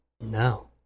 No